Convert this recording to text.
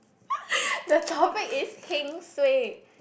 the topic is heng suay